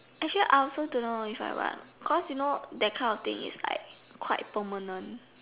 actually I also don't know if I want cause you know that kind of thing is like quite permanent